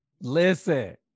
listen